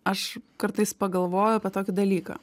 aš kartais pagalvoju apie tokį dalyką